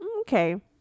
okay